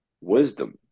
wisdom